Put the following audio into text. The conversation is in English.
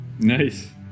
Nice